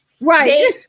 right